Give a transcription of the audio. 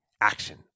action